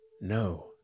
no